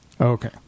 Okay